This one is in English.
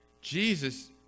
Jesus